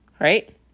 right